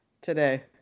today